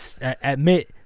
admit